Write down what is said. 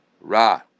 Ra